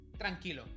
Tranquilo